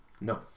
No